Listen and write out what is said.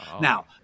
Now